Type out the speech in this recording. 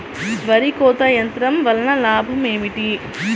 వరి కోత యంత్రం వలన లాభం ఏమిటి?